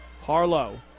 Harlow